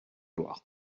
loire